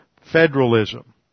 federalism